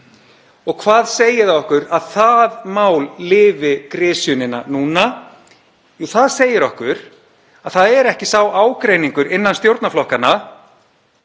Og hvað segir það okkur að það mál lifi af grisjunina núna? Jú, það segir okkur að það er ekki sá ágreiningur innan stjórnarflokkanna